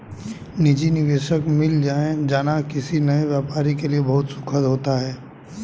निजी निवेशक मिल जाना किसी नए व्यापारी के लिए बहुत सुखद होता है